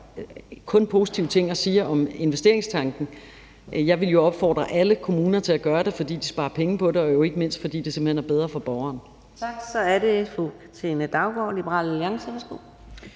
har positive ting at sige om investeringstanken. Jeg ville jo opfordre alle kommuner til at gøre det, fordi de sparer penge på det, og jo ikke mindst, fordi det simpelt hen er bedre for borgeren. Kl. 13:55 Fjerde